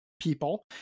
people